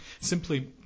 Simply